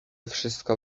wszystko